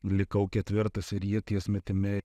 likau ketvirtas ir ieties metime